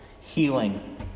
healing